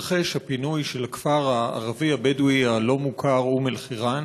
התרחש הפינוי של הכפר הערבי הבדואי הלא-מוכר אום אלחיראן.